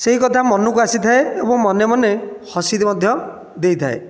ସେହି କଥା ମନକୁ ଆସିଥାଏ ଏବଂ ମନେମନେ ହସି ମଧ୍ୟ ଦେଇଥାଏ